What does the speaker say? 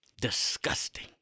disgusting